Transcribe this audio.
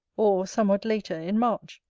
or, somewhat later, in march,